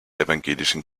evangelischen